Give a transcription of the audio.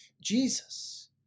Jesus